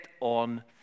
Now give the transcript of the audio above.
on